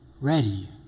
ready